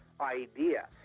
idea